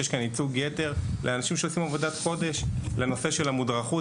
שיש כאן ייצוג יתר לאנשים שעושים עבודת קודש בנושא של המודרכות,